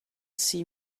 see